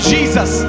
Jesus